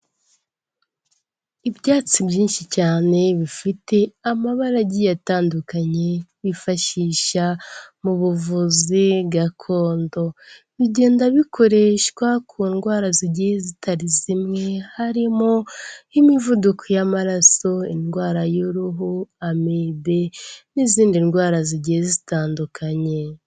Ibyatsi byinshi cyane, bifite amabara agiye atandukanye, bifashisha mu buvuzi gakondo, bigenda bikoreshwa ku ndwara zitari zimwe harimo nk'imivuduko y'amaraso, indwara y'uruhu, amibe n'izindi ndwara zigiye zitandukanye.